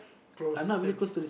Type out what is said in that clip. close same